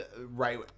right